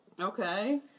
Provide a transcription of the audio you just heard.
Okay